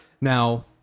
Now